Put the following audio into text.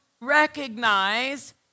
recognize